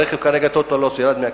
הרכב כרגע total loss, ירד מהכביש,